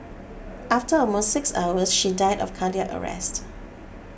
after almost six hours she died of cardiac arrest